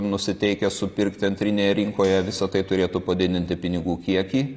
nusiteikę supirkti antrinėje rinkoje visa tai turėtų padidinti pinigų kiekį